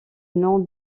nom